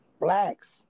blacks